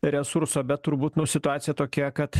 resurso bet turbūt nu situacija tokia kad